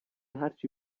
هرچی